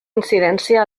incidència